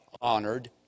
honored